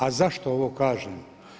A zašto ovo kažem?